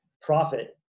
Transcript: profit